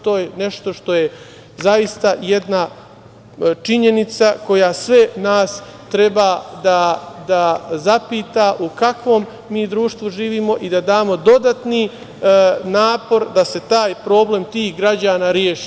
To je nešto što je zaista jedna činjenica koja sve nas treba da zapita u kakvom mi društvu živimo i da damo dodatni napor da se taj problem tih građana reši.